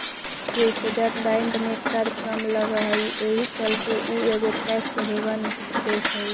Switzerland में कर कम लग हई एहि चलते उ एगो टैक्स हेवन देश हई